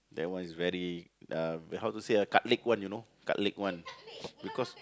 that one is very uh how to say ah cut leg one you know cut leg one because